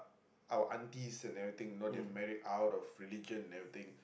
our aunties and everything you know they have married out of religion and everything